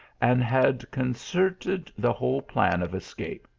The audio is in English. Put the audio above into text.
and had concerted the. whole plan of escape.